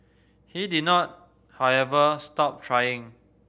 he did not however stop trying